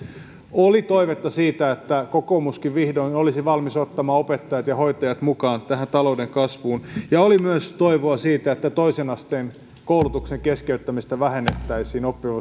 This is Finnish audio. oli toivetta siitä että kokoomuskin vihdoin olisi valmis ottamaan opettajat ja hoitajat mukaan tähän talouden kasvuun oli myös toivoa siitä että toisen asteen koulutuksen keskeyttämistä vähennettäisiin oppivelvollisuutta